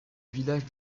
village